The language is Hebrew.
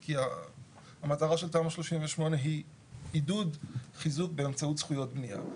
כי המטרה של תמ"א 38 היא עידוד חיזוק באמצעות זכויות בנייה.